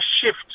shift